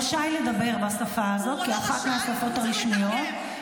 הוא רשאי לדבר בשפה הזאת כאחת מהשפות הרשמיות,